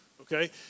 okay